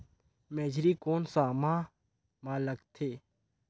मेझरी कोन सा माह मां लगथे